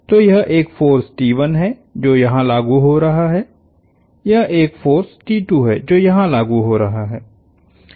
तो यह एक फोर्सहै जो यहाँ लागु हो रहा है यह एक फोर्सहै जो यहाँ लागु हो रहा है